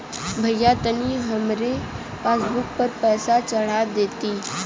भईया तनि हमरे पासबुक पर पैसा चढ़ा देती